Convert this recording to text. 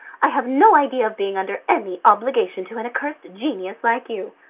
i have no idea of being under any obligation to an accursed genius like you.